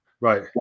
Right